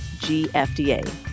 GFDA